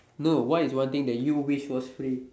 no what is one thing that you wish was free